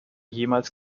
jemals